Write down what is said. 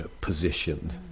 positioned